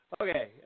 Okay